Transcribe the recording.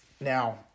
Now